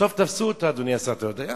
ובסוף תפסו אותה, אדוני השר, אתה יודע?